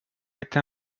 été